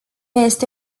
este